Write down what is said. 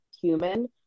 human